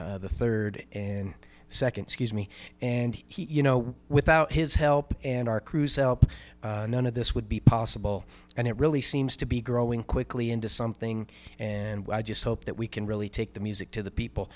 dean the third and second scuse me and he you know without his help and our crews help none of this would be possible and it really seems to be growing quickly into something and i just hope that we can really take the music to the people